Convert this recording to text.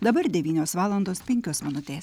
dabar devynios valandos penkios minutės